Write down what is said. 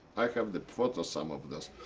i have the photos, some of this.